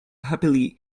happily